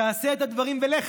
תעשה את הדברים ולך"